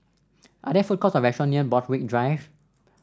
are there food courts or restaurant near Borthwick Drive